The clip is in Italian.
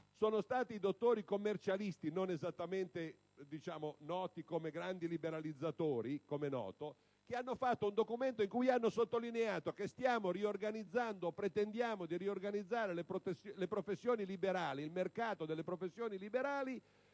Sono stati i dottori commercialisti, non esattamente noti come grandi liberalizzatori (com'è noto), a redigere un documento in cui hanno sottolineato che stiamo riorganizzando o pretendiamo di riorganizzare il mercato delle professioni liberali